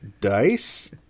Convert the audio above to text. dice